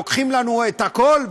לוקחים לנו את הכול,